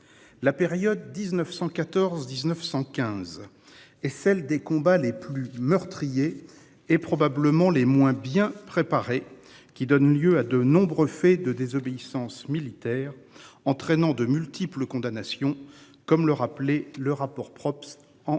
La période 1914 1915 et celle des combats les plus meurtriers et probablement les moins bien préparés qui donne lieu à de nombreux faits de désobéissance militaire entraînant de multiples condamnations, comme le rappelait le rapport Probst en